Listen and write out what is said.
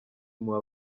impuhwe